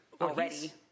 already